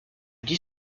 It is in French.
dix